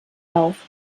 lauf